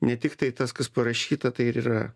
ne tiktai tas kas parašyta tai ir yra